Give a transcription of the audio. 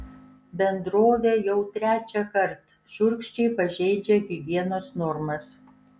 bendrovė jau trečiąkart šiurkščiai pažeidžia higienos normas